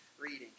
reading